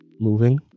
moving